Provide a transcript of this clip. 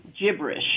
gibberish